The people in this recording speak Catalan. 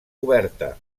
coberta